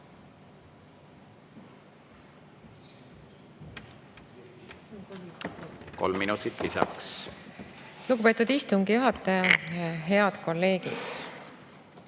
Kolm minutit lisaks. Lugupeetud istungi juhataja! Head kolleegid!